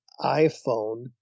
iPhone